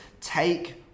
take